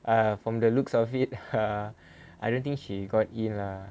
err from the looks of it ah I don't think she got in lah